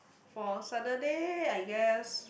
for a Saturday I guess